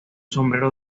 sombrero